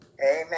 Amen